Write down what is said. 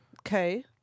Okay